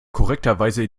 korrekterweise